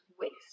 waste